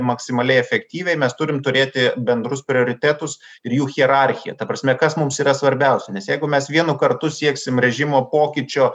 maksimaliai efektyviai mes turim turėti bendrus prioritetus ir jų hierarchiją ta prasme kas mums yra svarbiausia nes jeigu mes vienu kartu sieksim režimo pokyčio